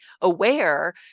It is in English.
aware